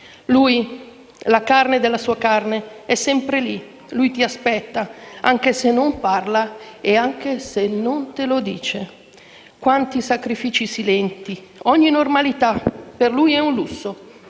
Lui, la carne della sua carne, è sempre lì; lui ti aspetta, anche se non parla e anche se non te lo dice. Quanti sacrifici silenti, ogni normalità per lui è un lusso,